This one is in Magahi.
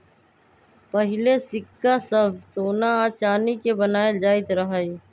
पहिले सिक्का सभ सोना आऽ चानी के बनाएल जाइत रहइ